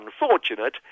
unfortunate